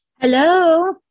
Hello